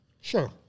Sure